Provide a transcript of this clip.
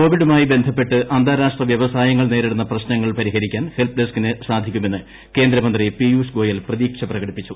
കോവിഡുമായി ബന്ധപ്പെട്ട് അന്താരാഷ്ട്രി വൃവസായങ്ങൾ നേരിട്ടുന്നു പ്രശ്നങ്ങൾ പരിഹരിക്കാൻ ഹെൽപ്പ് ഡെസ്ക്കിന് സാധിക്കുമെന്ന് കേന്ദ്രമന്ത്രി പിയൂഷ് ഗോയൽ പ്രതീക്ഷ പ്രകടിപ്പിച്ചു